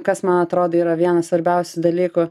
kas man atrodo yra vienas svarbiausių dalykų